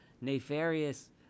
nefarious